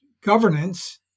governance